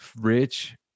rich